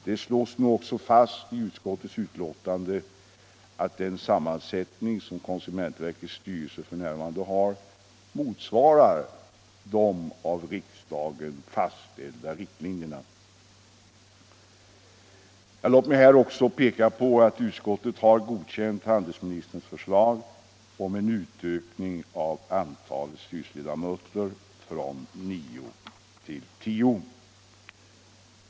Det slås nu också fast i utskottets betänkande att den sammansättning som konsumentverkets styrelse f. n. har motsvarar de av riksdagen fastlagda riktlinjerna. Låt mig här också peka på att utskottet har godkänt handelsministerns förslag om en utökning av antalet styrelseledamöter från nio till tio.